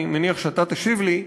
אני מניח שאתה תשיב לי,